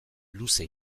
luze